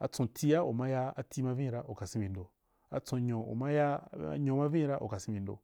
atson tia u ma ya ati ma vin ra u ri kasen bi ndo atson nyo u ma ya anyo ma vin ra u kasen bi ndo.